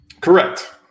Correct